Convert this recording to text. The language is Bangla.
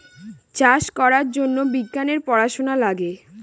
চাষ করার জন্য বিজ্ঞানের পড়াশোনা লাগে